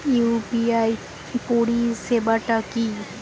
UPI পরিসেবাটা কি?